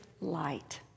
light